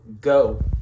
go